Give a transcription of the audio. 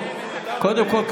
קודם כול,